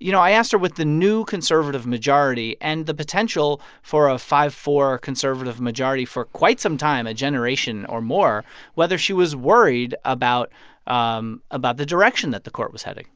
you know, i asked her, with the new conservative majority and the potential for a five four conservative majority for quite some time a generation or more whether she was worried about um about the direction that the court was heading